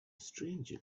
stranger